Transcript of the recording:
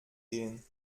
gehen